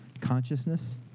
consciousness